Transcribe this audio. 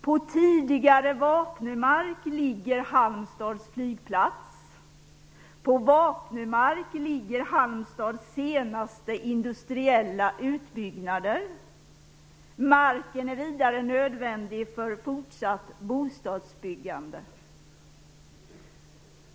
På tidigare Vapnö-mark ligger Halmstads flygplats. På Vapnö-mark ligger Halmstads senaste industriella utbyggnader. Marken är vidare nödvändig för fortsatt bostadsbyggande.